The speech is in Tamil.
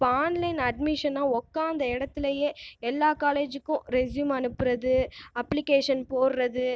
இப்போ ஆன்லைன் அட்மிஷன்னா உட்கார்ந்த இடத்திலேயே எல்லா காலேஜுக்கும் ரெஸ்யூம் அனுப்புகிறது அப்ளிகேஷன் போடுறது